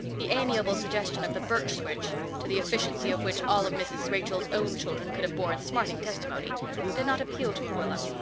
the amiable suggestion of the birch switch to the efficiency of which all of mrs. rachel's own children could have borne smarting testimony did not appeal to marilla.